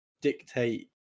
dictate